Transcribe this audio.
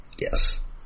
Yes